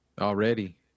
Already